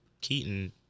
Keaton